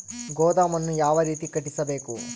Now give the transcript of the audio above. ಗೋದಾಮನ್ನು ಯಾವ ರೇತಿ ಕಟ್ಟಿಸಬೇಕು?